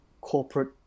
corporate